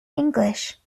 english